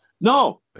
no